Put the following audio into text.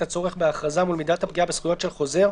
הצורך בהכרזה מול מידת הפגיעה בזכויות של חוזר,